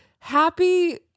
Happy